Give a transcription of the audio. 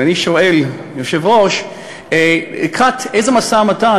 ואני שואל את היושב-ראש: לקראת איזה משא-ומתן